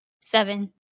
Seven